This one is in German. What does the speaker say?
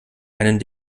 einen